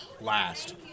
last